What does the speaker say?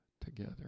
together